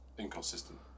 inconsistent